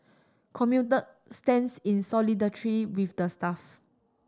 commuter stands in solidarity with the staff